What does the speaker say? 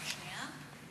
רק שנייה.